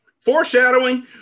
foreshadowing